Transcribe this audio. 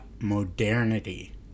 Modernity